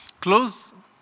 Close